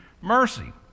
mercy